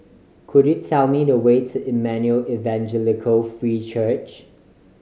could you tell me the way to Emmanuel Evangelical Free Church